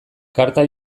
karta